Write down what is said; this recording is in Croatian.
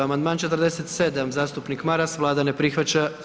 Amandman 47. zastupnik Maras, Vlada ne prihvaća.